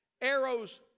Arrows